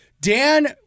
Dan